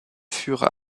furent